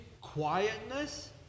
quietness